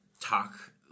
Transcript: talk